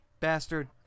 Bastard